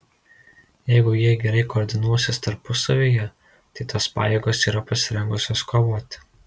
jeigu jie gerai koordinuosis tarpusavyje tai tos pajėgos yra pasirengusios kovoti